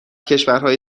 کشورهای